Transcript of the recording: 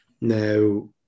Now